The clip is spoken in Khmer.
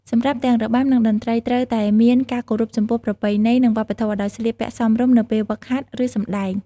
សម្រាប់ទាំងរបាំ និងតន្ត្រី ត្រូវតែមាន ការគោរពចំពោះប្រពៃណី និងវប្បធម៌ ដោយស្លៀកពាក់សមរម្យនៅពេលហ្វឹកហាត់ ឬសម្តែង។